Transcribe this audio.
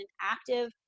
active